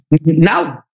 now